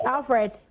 Alfred